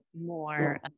more